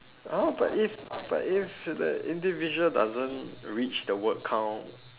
!huh! but if but if the individual doesn't reach the word count